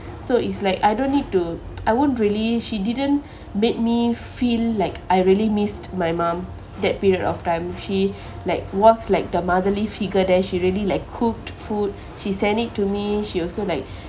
so it's like I don't need to I won't really she didn't made me feel like I really missed my mom that period of time she like was like the motherly figure there she really like cooked food she send it to me she also like